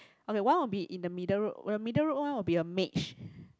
okay one will be in the middle road when the middle road one will be a mage